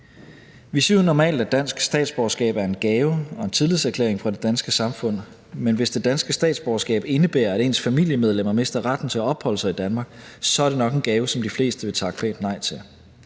Vi siger jo normalt, at dansk statsborgerskab er en gave og en tillidserklæring fra det danske samfund, men hvis det danske statsborgerskab indebærer, at ens familiemedlemmer mister retten til at opholde sig i Danmark, så er det nok en gave, som de fleste vil takke pænt nej til.